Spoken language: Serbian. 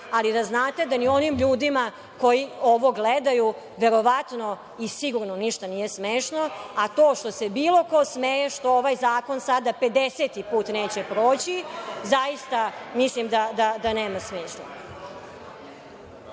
ali da znate da ni onim ljudima koji ovo gledaju verovatno i sigurno ništa nije smešno, a to što se bilo ko smeje što ovaj zakon sada pedeseti put neće proći zaista mislim da nema smisla.